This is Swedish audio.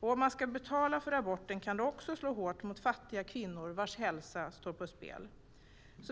Om man ska betala för aborten kan det också slå hårt mot fattiga kvinnor vars hälsa står på spel.